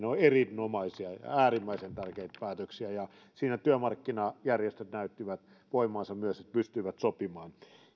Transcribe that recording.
ovat erinomaisia ja äärimmäisen tärkeitä päätöksiä ja siinä työmarkkinajärjestöt näyttivät voimansa myös että pystyivät sopimaan